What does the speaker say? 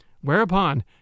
Whereupon